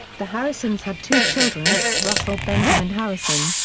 the harrisons had two children, russell benjamin harrison,